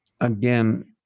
again